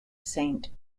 saint